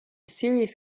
serious